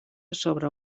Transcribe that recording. sobre